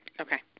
Okay